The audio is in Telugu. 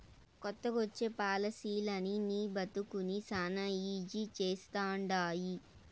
కొత్తగొచ్చే పాలసీలనీ నీ బతుకుని శానా ఈజీ చేస్తండాయి